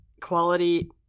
quality